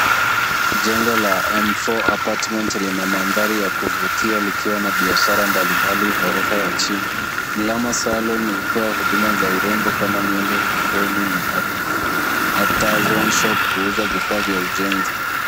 Jengo la M4 Apartment lina mandhari ya kuvutia, likiwa na biashara mbalimbali orofa ya chini. Glamour Salon utoa huduma za urembo kama nywele, usoni, na harusi. Atazon Shop huuza bidhaa za ujenzi.